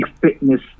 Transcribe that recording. fitness